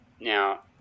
Now